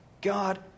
God